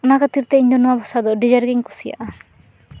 ᱚᱱᱟ ᱠᱷᱟᱹᱛᱤᱨ ᱛᱮ ᱱᱚᱶᱟ ᱵᱷᱟᱥᱟ ᱫᱚ ᱟᱹᱰᱤ ᱡᱳᱨᱜᱮᱧ ᱠᱩᱥᱤᱭᱟᱜᱼᱟ